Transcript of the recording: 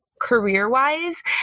career-wise